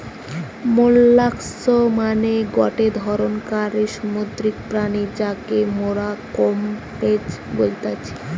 molluscs মানে গটে ধরণকার সামুদ্রিক প্রাণী যাকে মোরা কম্বোজ বলতেছি